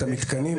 המתקנים.